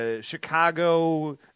Chicago